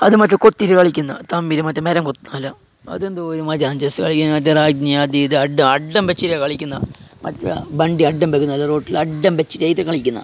അത് മറ്റേ കൊത്തിയിട്ട് കളിക്കുന്ന അതെന്തോരം മജ്ജ കളിക്കുന്ന കളിക്കുന്ന